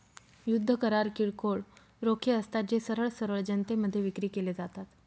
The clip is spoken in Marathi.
युद्ध करार किरकोळ रोखे असतात, जे सरळ सरळ जनतेमध्ये विक्री केले जातात